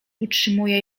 utrzymuje